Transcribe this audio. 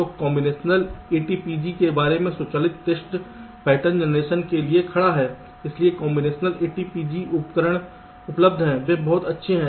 तो combinational ATPG के बारे में स्वचालित टेस्ट पैटर्न जनरेशन के लिए खड़ा है इसलिए कॉम्बिनेशनल ATPG उपकरण उपलब्ध हैं वे बहुत अच्छे हैं